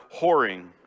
whoring